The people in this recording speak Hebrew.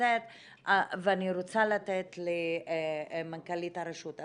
לצאת ואני רוצה לתת למנכ"לית הרשות.